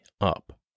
up